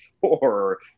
four